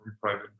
private